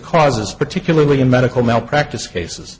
causes particularly in medical malpractise cases